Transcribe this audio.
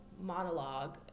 monologue